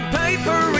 paper